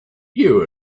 you